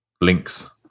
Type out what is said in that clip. links